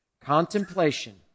Contemplation